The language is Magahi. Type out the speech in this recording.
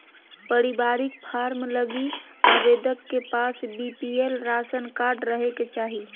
पारिवारिक फार्म लगी आवेदक के पास बीपीएल राशन कार्ड रहे के चाहि